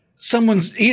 Someone's